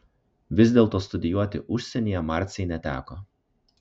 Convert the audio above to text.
vis dėlto studijuoti užsienyje marcei neteko